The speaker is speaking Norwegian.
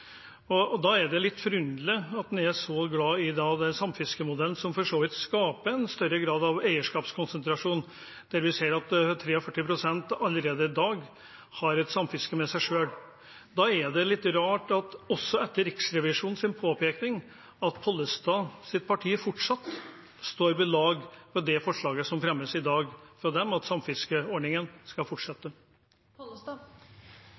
den samfiskemodellen, som for så vidt skaper en større grad av eierskapskonsentrasjon, og der vi ser at 43 pst. allerede i dag har et samfiske med seg selv. Da er det litt rart at Pollestads parti også etter Riksrevisjonens påpekning fortsatt står ved det forslaget som fremmes i dag, om at samfiskeordningen skal